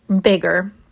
bigger